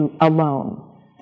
alone